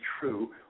true